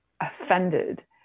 offended